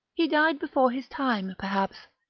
he died before his time, perhaps,